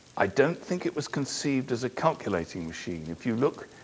i don't think it was conceived as a calculating machine. if you look,